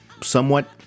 Somewhat